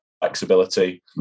flexibility